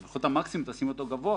אבל לפחות את המקסימום תשים גבוה.